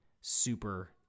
Super